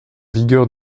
vigueur